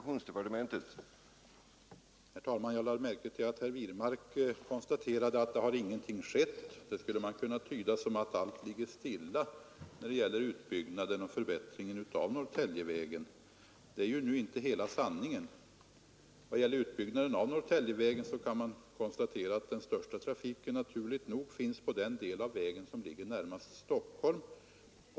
Herr talman! Jag lade märke till att herr Wirmark konstaterade att ingenting har skett. Det skulle man kunna tyda som att allt ligger stilla när det gäller utbyggnaden och förbättringen av Norrtäljevägen. Det är nu inte hela sanningen. Vad gäller utbyggnaden av Norrtäljevägen kan man konstatera att den största trafiken naturligt nog finns på den del av vägen som ligger närmast Stockholm.